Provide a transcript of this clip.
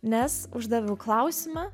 nes uždaviau klausimą